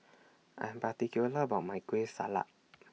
I Am particular about My Kueh Salat